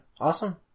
Awesome